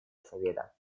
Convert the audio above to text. совета